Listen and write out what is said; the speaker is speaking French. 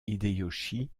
hideyoshi